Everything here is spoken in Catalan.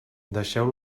deixeu